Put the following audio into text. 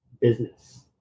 business